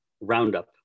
Roundup